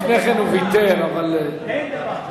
לפני כן הוא ויתר, אבל, אין דבר כזה.